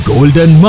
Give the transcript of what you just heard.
Golden